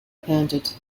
panted